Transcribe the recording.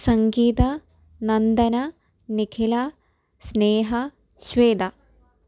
Sangeetha Nandana Nikhila Sneha Shweta